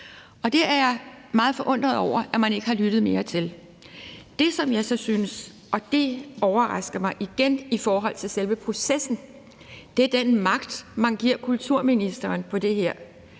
på. Det er jeg meget forundret over at man ikke har lyttet mere til. Det, som jeg så synes, og det overrasker mig igen i forhold til selve processen, er den magt, man giver kulturministeren her.